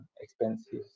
expensive